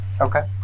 Okay